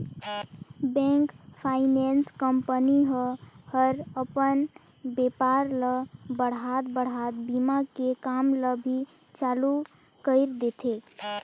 bank, finance company ह हर अपन बेपार ल बढ़ात बढ़ात बीमा के काम ल भी चालू कइर देथे